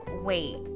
wait